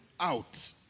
out